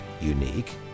unique